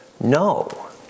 no